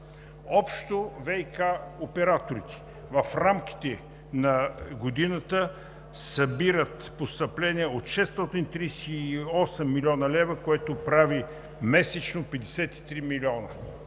Общо ВиК операторите в рамките на годината събират постъпления от 638 млн. лв., което прави месечно – 53 милиона.